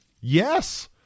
Yes